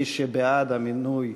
מי שבעד המינוי